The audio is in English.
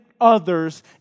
others